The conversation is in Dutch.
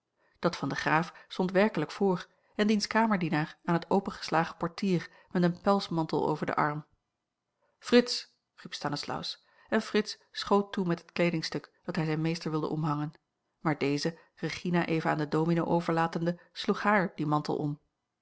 dat van den graaf stond werkelijk voor en diens kamerdienaar aan het opengeslagen portier met een pelsmantel over den arm fritz riep stanislaus en fritz schoot toe met het kleedingstuk dat hij zijn meester wilde omhangen maar deze regina even aan den domino overlatende sloeg haar dien mantel om